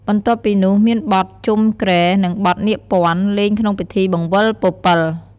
បន្ទាប់់ពីនោះមានបទជំុគ្រែនិងបទនាគព័ន្ធ លេងក្នងពិធីបង្វិលពពិល។